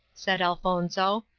said elfonzo.